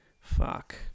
Fuck